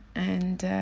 and